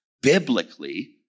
biblically